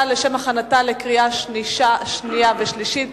לשם הכנתה לקריאה שנייה ולקריאה שלישית.